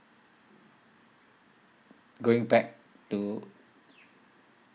going back to